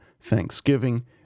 thanksgiving